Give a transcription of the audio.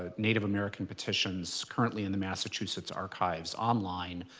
ah native american petitions currently in the massachusetts archives online,